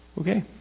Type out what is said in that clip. Okay